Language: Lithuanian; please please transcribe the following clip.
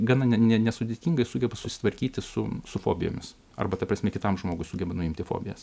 gana ne nesudėtingai sugeba susitvarkyti su su fobijomis arba ta prasme kitam žmogus sugeba nuimti fobijas